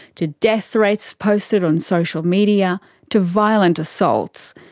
to death threats posted on social media to violent assaults.